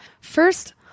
First